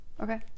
Okay